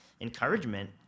encouragement